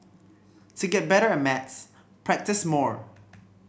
to get better at maths practise more